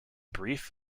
brief